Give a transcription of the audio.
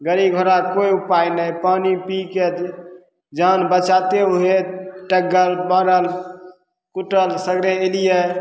गड़ी घोड़ा कोइ उपाइ नहि पानि पी कए जान बचाते उएह टग्गल पड़ल कूटल सगरे अयलियै